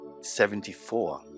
Seventy-four